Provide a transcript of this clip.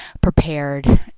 prepared